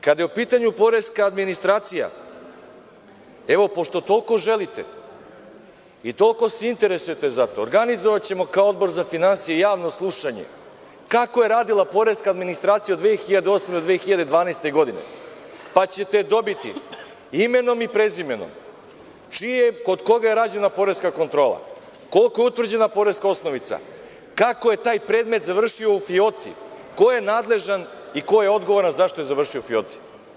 Kada je u pitanju poreska administracija, pošto toliko želite i toliko se interesujete za to, organizovaćemo kao Odbor za finansije javno slušanje kako je radila poreska administracija od 2008. do 2012. godine, pa ćete dobiti imenom i prezimenom kod koga je rađena poreska kontrola, koliko je utvrđena poreska osnovica, kako je taj predmet završio u fioci, ko je nadležan i ko je odgovoran zašto je završio u fioci.